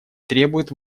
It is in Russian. требуют